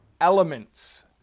elements